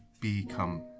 become